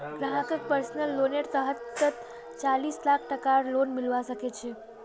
ग्राहकक पर्सनल लोनेर तहतत चालीस लाख टकार लोन मिलवा सके छै